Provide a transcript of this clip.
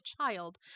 child